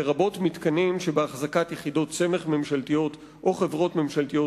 לרבות מתקנים שבאחזקת יחידות סמך ממשלתיות או חברות ממשלתיות,